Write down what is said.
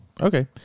Okay